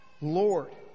Lord